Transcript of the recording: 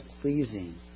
pleasing